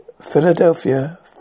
Philadelphia